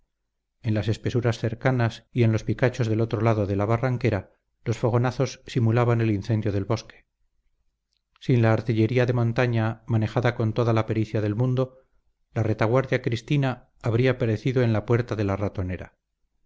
en las espesuras cercanas y en los picachos del otro lado de la barranquera los fogonazos simulaban el incendio del bosque sin la artillería de montaña manejada con toda la pericia del mundo la retaguardia cristina habría perecido en la puerta de la ratonera